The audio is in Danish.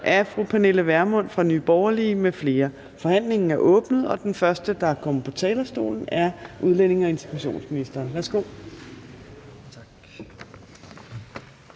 Fjerde næstformand (Trine Torp): Forhandlingen er åbnet, og den første, der kommer på talerstolen, er udlændinge- og integrationsministeren. Værsgo.